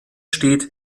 steht